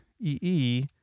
E-E